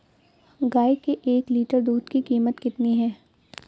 गाय के एक लीटर दूध की कीमत कितनी है?